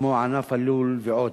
כמו ענף הלול ועוד.